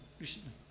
recently